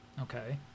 Okay